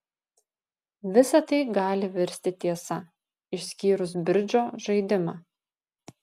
visa tai gali virsti tiesa išskyrus bridžo žaidimą